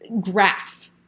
graph